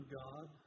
god